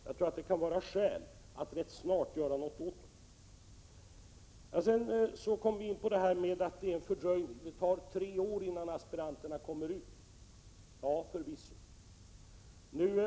Jag tror att det kan vara skäl att rätt snart göra något åt situationen. Så kommer vi in på frågan om fördröjning; det tar tre år innan aspiranterna kommer ut från sin utbildning. Ja, förvisso!